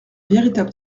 véritable